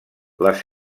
les